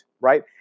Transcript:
right